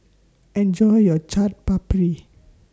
Enjoy your Chaat Papri